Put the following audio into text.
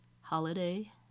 holiday